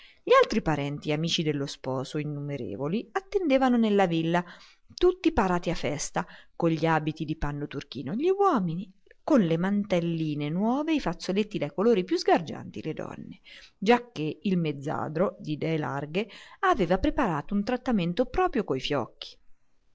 gli altri parenti e amici dello sposo innumerevoli attendevano nella villa tutti parati a festa con gli abiti di panno turchino gli uomini con le mantelline nuove e i fazzoletti dai colori più sgargianti le donne giacché il mezzadro d'idee larghe aveva preparato un trattamento proprio coi fiocchi